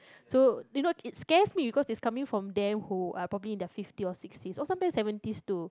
so you know it scares me because it's coming from they who properly in their fifty or sixty or sometimes is seventies to